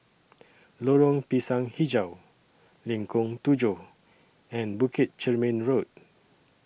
Lorong Pisang Hijau Lengkong Tujuh and Bukit Chermin Road